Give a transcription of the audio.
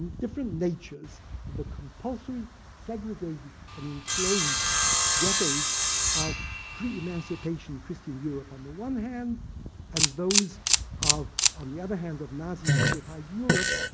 different natures of a compulsory segregated and closed ghettos of pre-emancipation christian europe on the one hand and those of, on the other hand, of nazi-occupied europe,